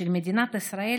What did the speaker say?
של מדינת ישראל,